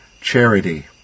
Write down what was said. charity